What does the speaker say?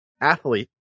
athlete